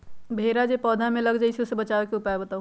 भेरा जे पौधा में लग जाइछई ओ से बचाबे के उपाय बताऊँ?